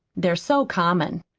they're so common.